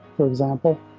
for example.